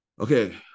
Okay